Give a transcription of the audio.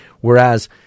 Whereas